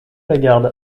lagarde